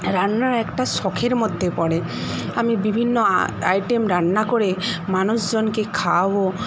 রান্না একটা শখের মধ্যে পড়ে আমি বিভিন্ন আইটেম রান্না করে মানুষজনকে খাওয়াবো